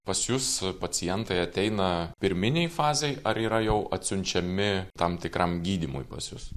pas jus pacientai ateina pirminėj fazėj ar yra jau atsiunčiami tam tikram gydymui pas jus